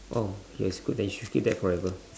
[oh ]okay it's good that you should keep that forever